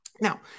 Now